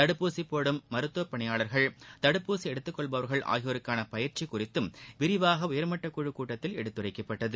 தடுப்பூசி போடும் மருத்துவப்பணியாளர்கள் தடுப்பூசி எடுத்துக்கொள்பவர்கள் ஆகியோருக்கான பயிற்சி குறித்தும் விரிவாக உயர்மட்டக்குழு கூட்டத்தில் எடுத்துரைக்கப்பட்டது